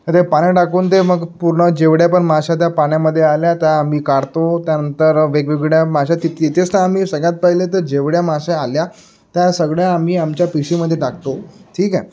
तर ते पाण्यात टाकून ते मग पूर्ण जेवढ्या पण मासे त्या पाण्यामध्ये आले त्या आम्ही काढतो त्यानंतर वेगवेगळ्या मासे ति तिथेच त आम्ही सगळ्यात पहिले तर जेवढ्या मासे आले त्या सगळ्या आम्ही आमच्या पिशवीमध्ये टाकतो ठीक आहे